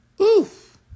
Oof